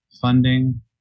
funding